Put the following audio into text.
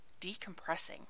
decompressing